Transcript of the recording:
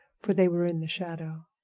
for they were in the shadow.